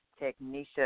Technisha